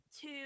two